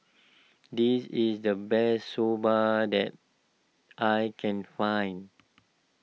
this is the best Soba that I can find